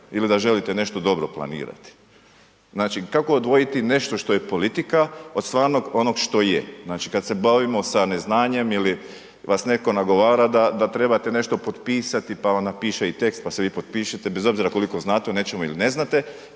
ili da želite nešto dobro planirati. Znači, kako odvojiti nešto što je politika od stvarnog onog što je? Znači, kad se bavimo sa neznanjem ili vas netko nagovara da trebate nešto potpisati, pa vam napiše i tekst, pa se vi potpišete bez obzira koliko znate o nečemu ili ne znate